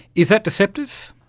is that deceptive?